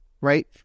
right